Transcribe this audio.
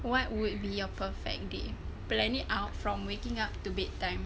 what would be your perfect day plenty out from waking up to bed time